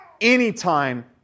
Anytime